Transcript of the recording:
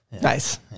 Nice